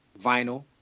vinyl